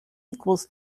equals